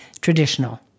traditional